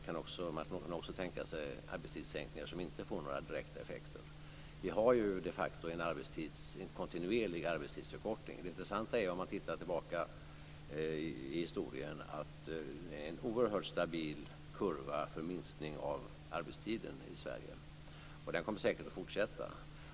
Man kan också tänka sig arbetstidssänkningar som inte får några direkta effekter. Vi har ju de facto en kontinuerlig arbetstidsförkortning. Det intressanta är att om man tittar tillbaka i historien så finner man en oerhört stabil kurva för minskning av arbetstiden i Sverige. Den kommer säkert att fortsätta.